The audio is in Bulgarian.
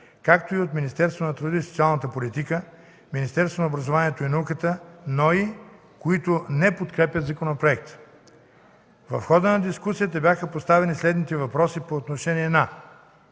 както и от Министерството на труда и социалната политика, Министерството на образованието и науката, Националния осигурителен институт, които не подкрепят законопроекта. В хода на дискусията бяха поставени следните въпроси по отношение на: